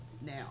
Now